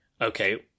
okay